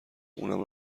اونم